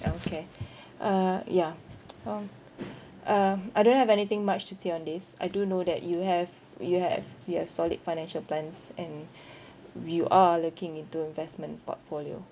okay uh ya um uh I don't have anything much to say on this I do know that you have you have you have solid financial plans and you are looking into investment portfolio